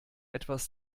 etwas